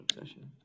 obsession